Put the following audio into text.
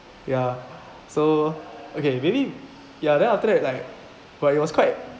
ya so okay maybe ya then after that like but it was quite